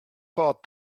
thought